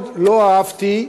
מאוד לא אהבתי,